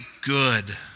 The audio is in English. good